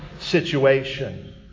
situation